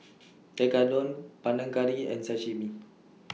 Tekkadon Panang Curry and Sashimi